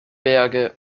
berge